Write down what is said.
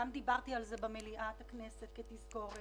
גם דיברתי על זה במליאת הכנסת כתזכורת.